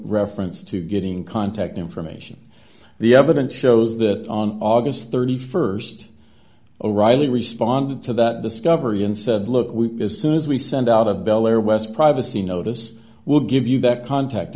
reference to getting contact information the evidence shows that on august st o'reilly responded to that discovery and said look we as soon as we send out of bellaire west privacy notice will give you that contact